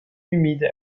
humide